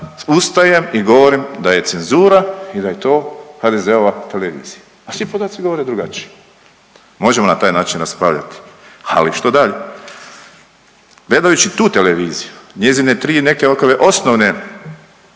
ustajem i govorim da je cenzura i da je to HDZ-ova televizija. A svi podaci govore drugačije. Možemo na taj način raspravljati, ali što dalje. Gledajući tu televiziju njezine tri neke osnovne